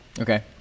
Okay